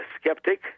skeptic